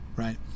right